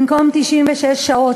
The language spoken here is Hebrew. במקום 96 שעות,